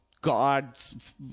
god's